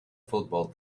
football